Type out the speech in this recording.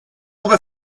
haver